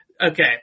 Okay